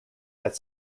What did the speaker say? that